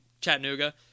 Chattanooga